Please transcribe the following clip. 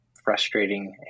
frustrating